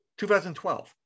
2012